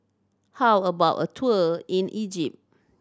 how about a tour in Egypt